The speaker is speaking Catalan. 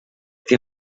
que